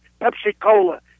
Pepsi-Cola